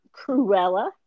Cruella